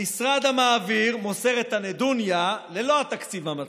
המשרד המעביר מוסר את הנדוניה ללא התקציב המתאים,